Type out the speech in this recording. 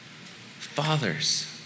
fathers